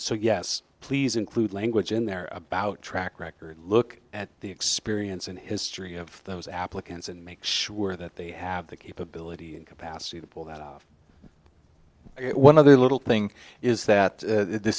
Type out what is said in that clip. so yes please include language in there about track record look at the experience and history of those applicants and make sure that they have the capability and capacity to pull that off one of the little thing is that